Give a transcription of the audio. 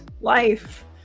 life